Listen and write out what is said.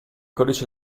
codice